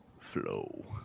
flow